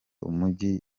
umujyi